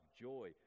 joy